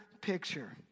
picture